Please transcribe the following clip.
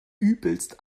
übelst